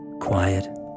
quiet